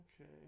Okay